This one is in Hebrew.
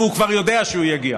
והוא כבר יודע שהוא יגיע.